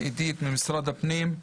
אדית ממשרד הפנים.